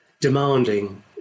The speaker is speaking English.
demanding